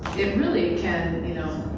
it really can, you know,